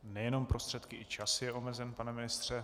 Nejenom prostředky, i čas je omezen, pane ministře.